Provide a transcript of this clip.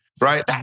right